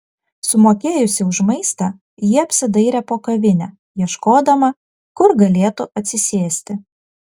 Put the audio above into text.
sumokėjusi už maistą ji apsidairė po kavinę ieškodama kur galėtų atsisėsti